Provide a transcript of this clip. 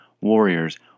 warriors